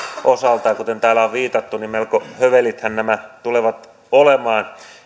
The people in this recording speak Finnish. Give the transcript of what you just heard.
kuten täällä on viitattu melko hövelithän nämä tulevat olemaan